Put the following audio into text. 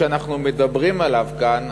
שאנחנו מדברים עליו כאן,